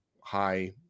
high